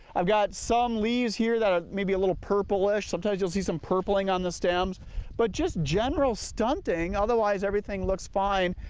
i've got some leaves here that ah maybe a little purplish sometimes you see some purpling on the stem but just general stunting. otherwise everything looks fine.